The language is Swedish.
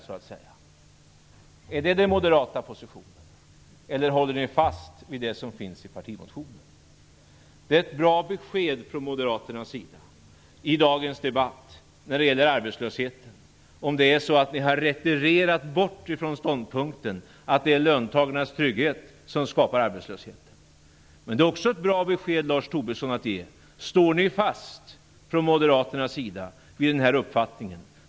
Är det detta som är den moderata positionen? Eller håller ni fast vid det som finns i partimotionen? Det vore ett bra besked från moderaterna i dagens debatt när det gäller arbetslösheten om det är så att ni har retirerat bort från ståndpunkten att det är löntagarnas trygghet som skapar arbetslöshet. Men detta är också ett bra besked att ge: Står ni moderater fast vid den här uppfattningen?